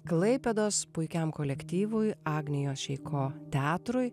klaipėdos puikiam kolektyvui agnijos šeiko teatrui